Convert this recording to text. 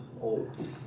old